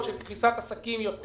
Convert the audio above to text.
לא הגיע שום דבר.